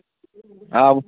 آ